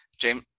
James